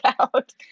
out